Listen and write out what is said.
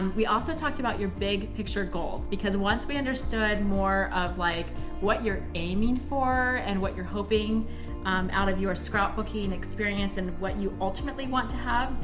we also talked about your big picture goals, because once we understood more of like what you're aiming for and what you're hoping out of your scrapbooking experience and what you ultimately want to have,